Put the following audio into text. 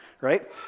right